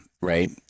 right